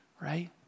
right